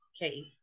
case